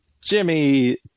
jimmy